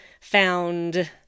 found